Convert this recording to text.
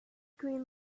green